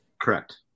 Correct